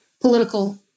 political